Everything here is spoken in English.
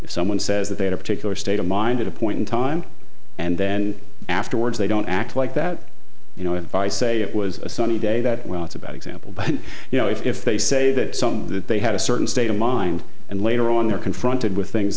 if someone says that they had a particular state of mind at a point in time and then afterwards they don't act like that you know if i say it was a sunny day that well it's a bad example but you know if they say that something that they had a certain state of mind and later on they're confronted with things